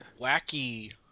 wacky